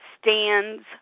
stands